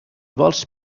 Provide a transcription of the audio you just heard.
vols